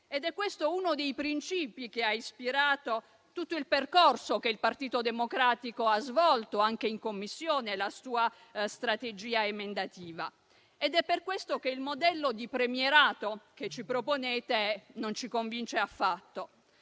ed è questo uno dei principi che ha ispirato tutto il percorso che il Partito Democratico ha svolto anche in Commissione e la sua strategia emendativa. È per questo che il modello di premierato che ci proponete non ci convince affatto,